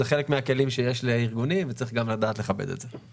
זה חלק מהכלים שיש לארגונים וצריך לדעת לכבד את זה.